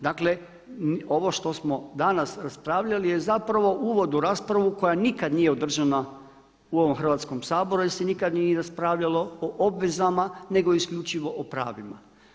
Dakle ovo što smo danas raspravljali je zapravo uvod u raspravu koja nikad nije održana u ovom Hrvatskom saboru jer se nikada nije raspravljalo o obvezama nego isključivo o pravima.